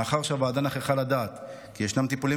מאחר שהוועדה נוכחה לדעת כי יש טיפולים